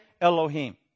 Elohim